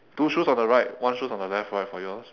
two shoes on the right one shoes on the left right for yours